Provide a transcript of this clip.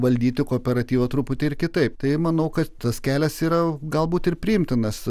valdyti kooperatyvą truputį ir kitaip tai manau kad tas kelias yra galbūt ir priimtinas